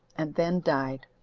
and then died.